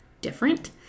different